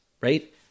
right